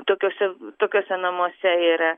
tokiose tokiuose namuose yra